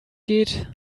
geht